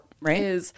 Right